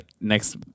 Next